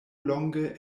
longe